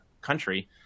country